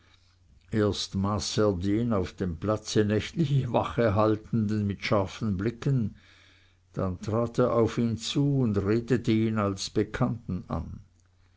erst maß er den auf dem platze nächtliche wacht haltenden mit scharfen blicken dann trat er auf ihn zu und redete ihn als bekannten an